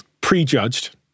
prejudged